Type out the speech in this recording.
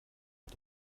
mit